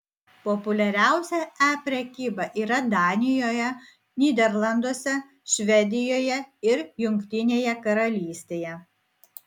populiariausia e prekyba yra danijoje nyderlanduose švedijoje ir jungtinėje karalystėje